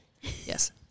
Yes